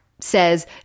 says